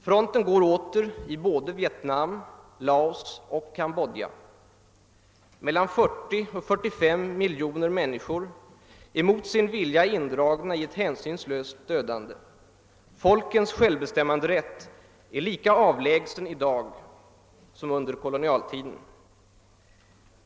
Fronten går åter i både Vietnam, Laos och Kambodja. Mellan 40 och 45 miljoner människor är mot sin vilja indragna i ett hänsynslöst dödande. Folkens självbestämmanderätt är lika avlägsen i dag som under kolonialtiden.